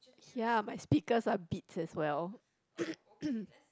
ya my speakers are Beats as well